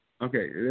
Okay